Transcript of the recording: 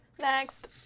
Next